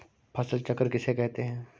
फसल चक्र किसे कहते हैं?